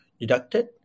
deducted